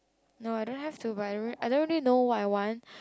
no I don't have to but I don't really know what I want